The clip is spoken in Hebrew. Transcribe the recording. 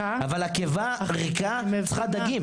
אבל הקיבה ריקה וצריכה דגים.